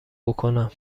بکنم